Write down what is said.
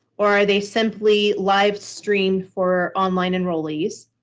or are they simply live streamed for online enrollees?